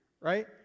right